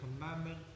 commandment